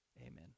Amen